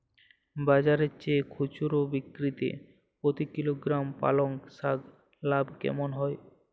বাজারের চেয়ে খুচরো বিক্রিতে প্রতি কিলোগ্রাম পালং শাকে লাভ কেমন হয়?